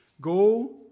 Go